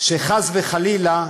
שחס וחלילה